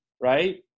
right